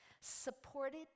supported